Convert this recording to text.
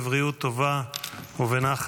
בבריאות טובה ובנחת.